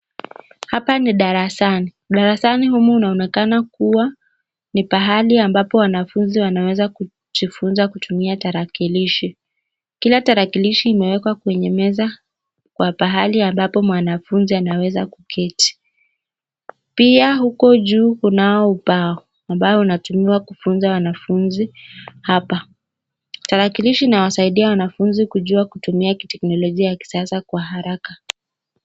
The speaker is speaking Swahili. Hapa ni darasani. Darasani humu inaonekana kuwa ni pahali ambapo wanafunzi wanaweza kujifunza kutumia tarakilishi. Kila tarakilishi imewekwa kwenye meza kwa pahali ambapo mwanafunzi anaweza kuketi. Pia huko juu kunao upao ambao unatumia kufunza wanafunzi hapa. Tarakilishi inawasaidia wanafunzi kujua kutumia kiteknolojia ya kisasa kwa haraka.